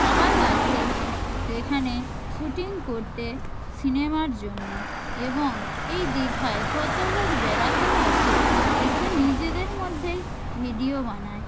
সবাই আসে এখানে শুটিং করতে সিনেমার জন্য এবং এই দীঘায় কতো লোক বেড়াতেও আসে এসে নিজেদের মধ্যেই ভিডিও বানায়